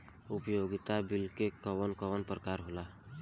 उपयोगिता बिल के कवन कवन प्रकार होला?